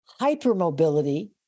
hypermobility